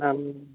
હમ્મ